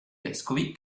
vescovi